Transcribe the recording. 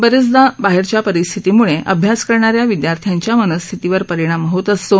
बरेचदा बाहेरच्या परिस्थितीम्ळे अभ्यास करणा या विद्यार्थ्यांच्या मनस्थितीवर परिणाम होत असतो